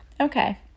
okay